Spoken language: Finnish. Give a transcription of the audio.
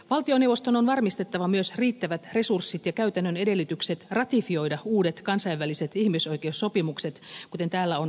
valtioneuvoston on varmistettava myös riittävät resurssit ja käytännön edellytykset ratifioida uudet kansainväliset ihmisoikeussopimukset kuten täällä on vaadittu